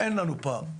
אין לנו פער.